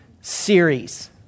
series